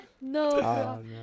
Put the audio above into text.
no